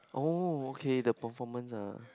oh okay the performance ah